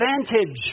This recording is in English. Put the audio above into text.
advantage